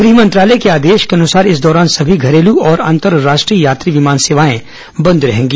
गृह मंत्रालय के आदेश के अनुसार इस दौरान सभी घरेलू और अंतरराष्ट्रीय यात्री विमान सेवाएं बंद रहेंगी